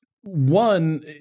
one